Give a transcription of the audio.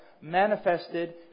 manifested